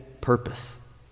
purpose